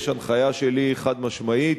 יש הנחיה שלי, חד-משמעית,